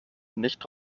nicht